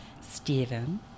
Steven